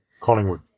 Collingwood